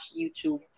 YouTube